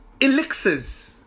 elixirs